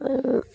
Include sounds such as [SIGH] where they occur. [UNINTELLIGIBLE]